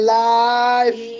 life